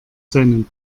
seinen